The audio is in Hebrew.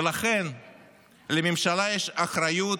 ולכן לממשלה יש אחריות